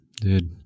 Dude